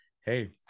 hey